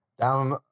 down